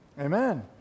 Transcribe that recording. Amen